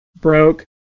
broke